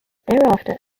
thereafter